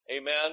Amen